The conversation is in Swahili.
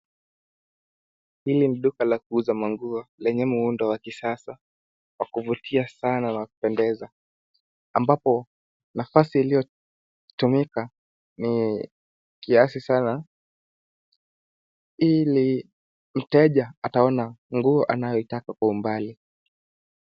Hili ni duka la kuuza manguo lenye muundo wa kisasa wa kuvutia sana na wa kupendeza ambapo nafasi iliyotumika ni kiasi sana ili mteja ataona nguo anayoitaka kwa umbali.